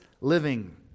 living